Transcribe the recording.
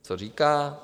Co říká?